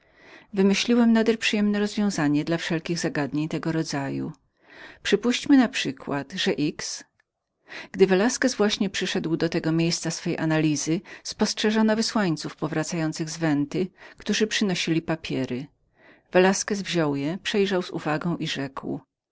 wymyśliłem nader przyjemne rozwiązanie dla wszelkich zagadnień tego rodzaju przypuśćmy naprzykład że x gdy velasquez właśnie przyszedł do tego miejsca swej analizy spostrzeżono wysłańców powracających z venty którzy przynosili papiery velasquez wziął je przejrzał z uwagą i rzekł